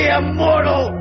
immortal